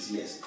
Yes